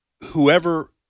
whoever